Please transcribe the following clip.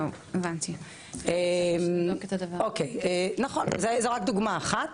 זו רק דוגמה אחת,